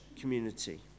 community